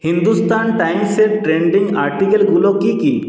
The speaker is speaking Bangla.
হিন্দুস্থান টাইমসের ট্রেন্ডিং আর্টিকলগুলো কী কী